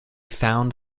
found